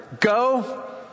go